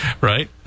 Right